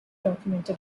documented